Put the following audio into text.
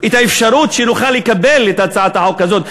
את האפשרות שנוכל לקבל את הצעת החוק הזאת.